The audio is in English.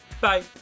bye